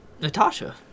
Natasha